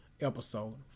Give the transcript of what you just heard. episode